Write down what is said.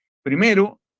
Primero